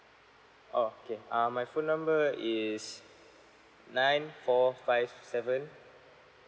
okay uh my phone number is nine four five seven